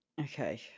Okay